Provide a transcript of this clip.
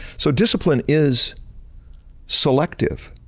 so, discipline is selective.